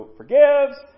forgives